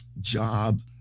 job